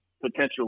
potential